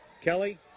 Kelly